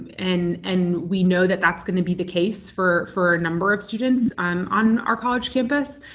and and we know that that's gonna be the case for for a number of students on on our college campus.